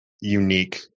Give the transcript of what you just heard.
unique